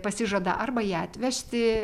pasižada arba ją atvežti